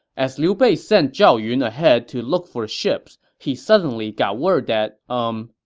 as liu bei sent zhao yun ahead to look for ships, he suddenly got word that, umm,